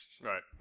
Right